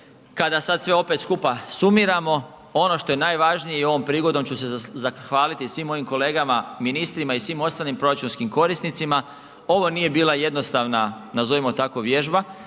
kada sad sve opet skupa sumiramo ono što je najvažnije i ovom prigodom ću se zahvaliti svim mojim kolegama ministrima i svim ostalim proračunskim korisnicima, ovo nije bila jednostavna, nazovimo tako, vježba